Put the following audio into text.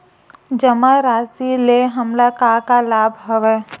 जमा राशि ले हमला का का लाभ हवय?